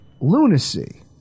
lunacy